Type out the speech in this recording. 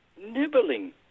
nibbling